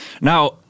Now